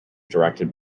directed